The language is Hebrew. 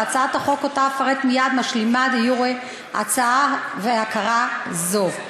והצעת החוק שאפרט מייד משלימה דה-יורה הצעה והכרה זו.